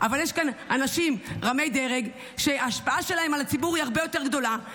אבל יש כאן אנשים רמי-דרג שההשפעה שלהם על הציבור היא הרבה יותר גדולה,